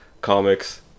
comics